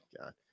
God